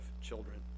children